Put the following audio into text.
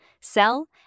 sell